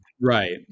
Right